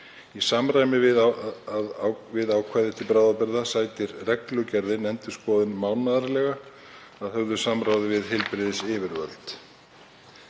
Í samræmi við ákvæði til bráðabirgða sætir reglugerðin endurskoðun mánaðarlega, að höfðu samráði við heilbrigðisyfirvöld.